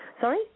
Sorry